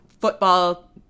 football